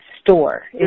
store